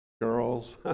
Girls